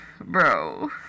bro